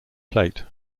plate